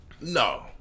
No